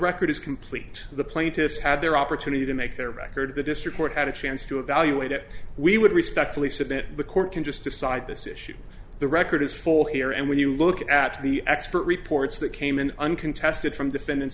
record is complete the plaintiffs had their opportunity to make their record the district court had a chance to evaluate it we would respectfully submit the court can just decide this issue the record is full here and when you look at the expert reports that came in uncontested from defendant